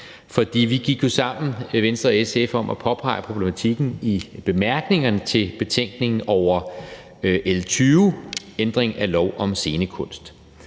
og SF, om at påpege problematikken i bemærkningerne til betænkningen over lovforslag nr. L 20, ændring af lov om scenekunst.